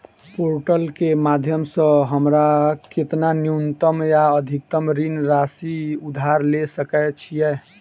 Portal केँ माध्यम सऽ हमरा केतना न्यूनतम आ अधिकतम ऋण राशि उधार ले सकै छीयै?